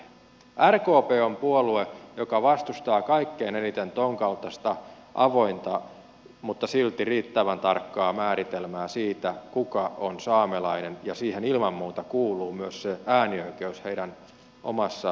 rkp on puolue joka vastustaa kaikkein eniten tuonkaltaista avointa mutta silti riittävän tarkkaa määritelmää siitä kuka on saamelainen ja siihen ilman muuta kuuluu myös äänioikeus heidän omassa vaalissaan